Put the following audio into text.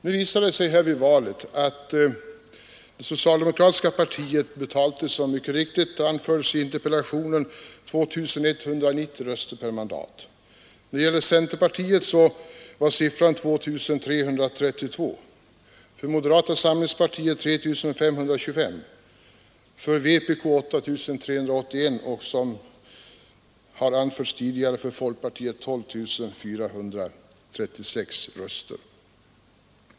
Nu visade det sig vid valet att det socialdemokratiska partiet betalade, som mycket riktigt anfördes i interpellationen, 2 190 röster per mandat. För centerpartiet var siffran 2 332, för moderata samlingspartiet 3 525, för vänsterpartiet kommunisterna 8 381 och, som har anförts tidigare, för folkpartiet 12 436 röster.